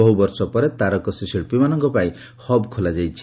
ବହୁବର୍ଷ ପରେ ତାରକସୀ ଶିକ୍ରୀମାନଙ୍ଙ ପାଇଁ ହବ୍ ଖୋଲାଯାଇଛି